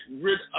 rid